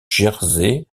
jersey